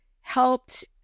helped